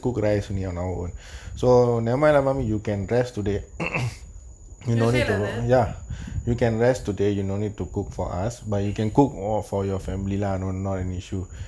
you செய்யல அத:seiyala atha